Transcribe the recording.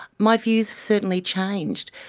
my views have certainly changed.